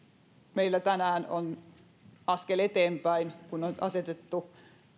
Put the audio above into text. meillä tänään on otettu askel eteenpäin kun on asetettu